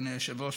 אדוני היושב-ראש,